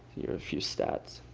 here are a few stats.